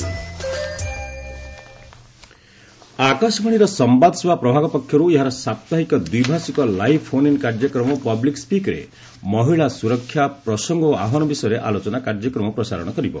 ମଷ୍ଟ୍ announcement ଆକାଶବାଣୀର ସମ୍ଘାଦ ସେବା ପ୍ରଭାଗ ପକ୍ଷରୁ ଏହାର ସାପ୍ତାହିକ ଦ୍ୱିଭାଷିକ ଲାଇଭ୍ ଫୋନ୍ ଇନ କାର୍ଯ୍ୟକ୍ରମ ପବ୍ଲିକ୍ ସିକ୍ରେ ମହିଳା ସୁରକ୍ଷା ପ୍ରସଙ୍ଗ ଓ ଆହ୍ପାନ ବିଷୟର ଆଲୋଚନା କାର୍ଯ୍ୟକ୍ରମ ପ୍ରସାରଣ କରିବ